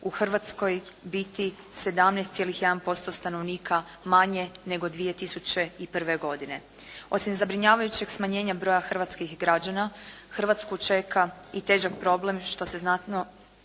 u Hrvatskoj biti 17,1% stanovnika manje nego 2001. godine. Osim zabrinjavajućeg broja smanjenja hrvatskih građana Hrvatsku čeka i težak problem što će se znatno